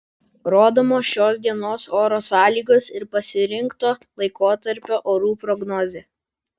rodomos šios dienos oro sąlygos ir pasirinkto laikotarpio orų prognozė